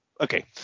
Okay